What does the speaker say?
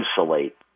insulate